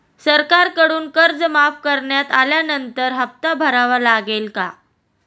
सरकारकडून कर्ज माफ करण्यात आल्यानंतर हप्ता भरावा लागेल का?